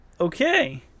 Okay